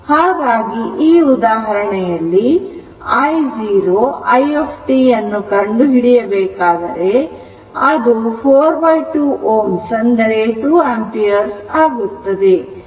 ಹಾಗಾಗಿ ಈ ಉದಾಹರಣೆಯಲ್ಲಿ i0 it ಅನ್ನು ಕಂಡು ಹಿಡಿಯಬೇಕಾದರೆ ಅದು 4 2 Ω 2 Ω ಎಂದಾಗುತ್ತದೆ